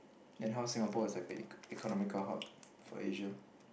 then how Singapore is like a ec~ economical hub for Asia